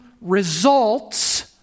results